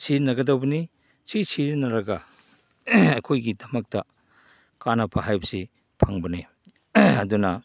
ꯁꯤꯖꯤꯟꯅꯒꯗꯧꯕꯅꯤ ꯁꯤ ꯁꯤꯖꯤꯟꯅꯔꯒ ꯑꯩꯈꯣꯏꯒꯤꯗꯃꯛꯇ ꯀꯥꯟꯅꯕ ꯍꯥꯏꯕꯁꯤ ꯐꯪꯕꯅꯤ ꯑꯗꯨꯅ